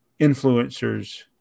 influencers